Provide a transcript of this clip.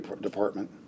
department